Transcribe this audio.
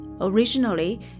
Originally